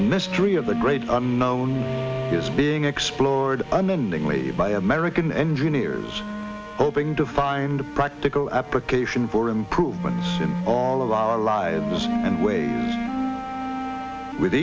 the mystery of the great unknown is being explored unendingly by american engineers hoping to find practical application for improvements in all of our lives and way with